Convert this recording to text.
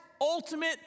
ultimate